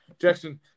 Jackson